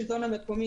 נציג השלטון המקומי,